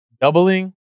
doubling